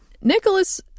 Nicholas